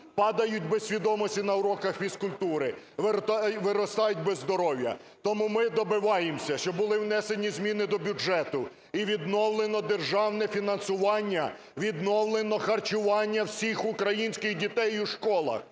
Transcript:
падають без свідомості на уроках фізкультури, виростають без здоров'я. Тому ми добиваємося, щоб були внесені зміни до бюджету і відновлено державне фінансування, відновлено харчування всіх українських дітей у школах.